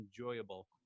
enjoyable